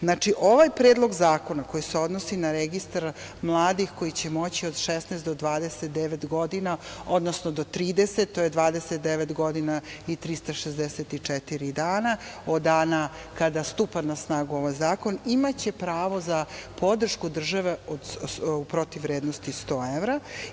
Znači, ovaj predlog zakona koji se odnosi na registar mladih koji će moći od 16 do 29 godina, odnosno do 30, to je 29 godina i 364 dana, od dana kada stupa na snagu ovaj zakon, imaće pravo za podršku države u protivrednosti od 100 evra.